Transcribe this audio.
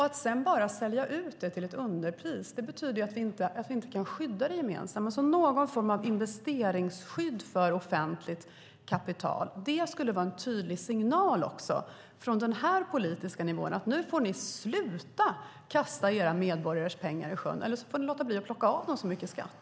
Att sedan bara sälja ut det till ett underpris betyder att vi inte kan skydda det gemensamma. Det behövs någon form av investeringsskydd för offentligt kapital. Det skulle också vara en tydlig signal från denna politiska nivå: Nu får ni sluta att kasta era medborgares pengar i sjön, eller så får ni låta bli att plocka av dem så mycket skatt.